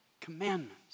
commandments